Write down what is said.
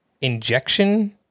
injection